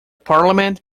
parliament